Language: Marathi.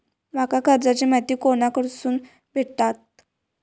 माका कर्जाची माहिती कोणाकडसून भेटात?